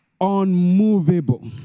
unmovable